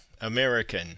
American